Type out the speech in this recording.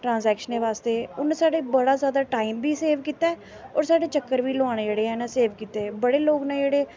ट्रांसएक्शनें बास्तै उ'नें साढ़ा बड़ा जैदा टाइम बी सेव कीता होर साढ़े चक्कर बी लोआने जेह्ड़े ऐ ओह् सेव कीते बड़े लोक न जेह्ड़े